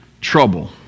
trouble